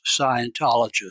Scientologist